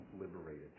liberated